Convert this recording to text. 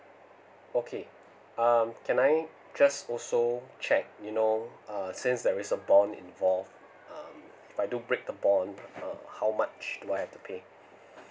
okay um can I just also check you know uh since there is a bond involved uh if I do break the bond uh how much do I have to pay